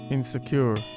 Insecure